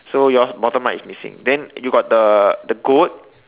so your's bottom right is missing then you got the goat